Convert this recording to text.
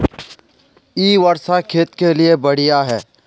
इ वर्षा खेत के लिए बढ़िया है?